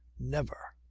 never!